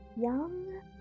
young